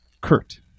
Kurt